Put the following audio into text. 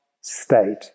state